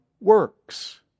works